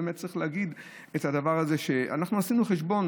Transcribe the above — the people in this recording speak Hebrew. באמת צריך להגיד את הדבר הזה: אנחנו עשינו חשבון